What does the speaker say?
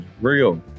real